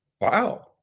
Wow